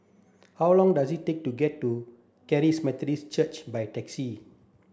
how long does it take to get to Charis Methodist Church by taxi